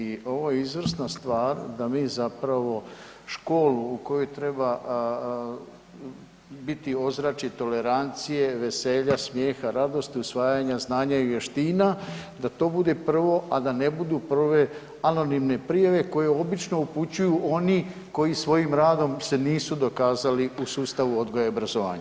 I ovo je izvrsna stvar da mi zapravo školu u kojoj treba biti ozračje tolerancije, veselja, smijeha, radosti, usvajanja znanja i vještina da to bude prvo, a da ne budu prve anonimne prijave koje obično upućuju oni koji svojim radom se nisu dokazali u sustavu odgoja i obrazovanja.